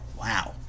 Wow